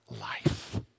life